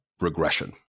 regression